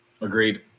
Agreed